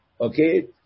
Okay